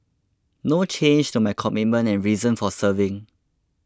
no change to my commitment and reason for serving